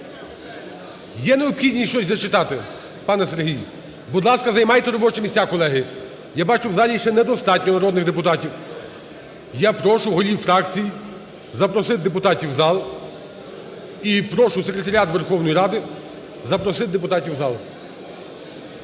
Є необхідність щось зачитати, пане Сергій? Будь ласка, займайте робочі місця, колеги. Я бачу, в залі ще недостатньо народних депутатів. Я прошу голів фракцій запросити депутатів в зал. І прошу Секретаріат Верховної Ради запросити депутатів в зал.